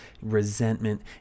resentment